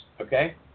okay